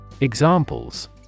Examples